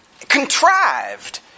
contrived